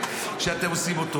אתם עושים אותו,